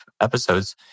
episodes